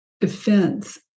defense